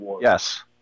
yes